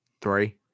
Three